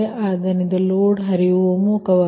ಆದ್ದರಿಂದ ಲೋಡ್ ಹರಿವು ಒಮ್ಮುಖವಾಗಿದೆ